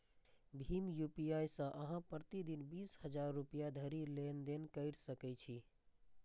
भीम UPI सं अहां प्रति दिन बीस हजार रुपैया धरि लेनदेन कैर सकै छी